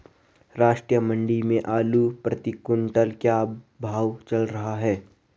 राष्ट्रीय मंडी में आलू प्रति कुन्तल का क्या भाव चल रहा है?